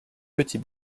petit